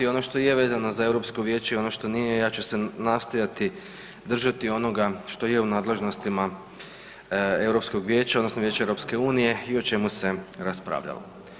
Ono što je vezano za Europsko vijeće i ono što nije ja ću se nastojati držati onoga što je u nadležnostima Europskog vijeća, odnosno Vijeća Europske unije i o čemu se raspravljalo.